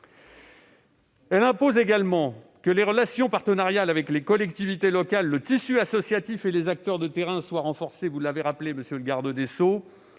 Elle impose également que les relations partenariales avec les collectivités locales, le tissu associatif et les acteurs de terrain soient renforcées, comme vous l'avez rappelé, monsieur le garde des sceaux.